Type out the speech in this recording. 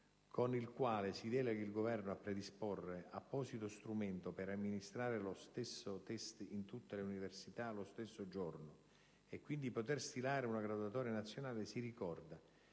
«con il quale si delega il Governo a predisporre apposito strumento per amministrare lo stesso *test* in tutte le Università, lo stesso giorno e quindi poter stilare una graduatoria nazionale», si ricorda